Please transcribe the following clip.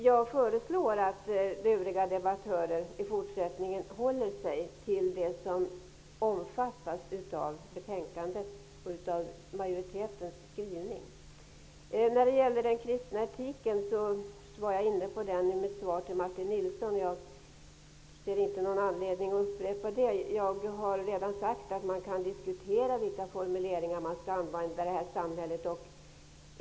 Jag föreslår därför att övriga debattörer i fortsättningen håller sig till det som framhålls i utskottsmajoritetens skrivning i betänkandet. Jag var i mitt svar till Martin Nilsson inne på den kristna etiken, och jag ser inte någon anledning att upprepa det. Jag har redan sagt att man kan diskutera vilka formuleringar som skall användas i vårt samhälle.